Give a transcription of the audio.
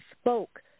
spoke